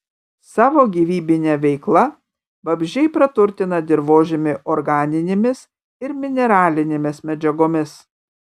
savo gyvybine veikla vabzdžiai praturtina dirvožemį organinėmis ir mineralinėmis medžiagomis